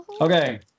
Okay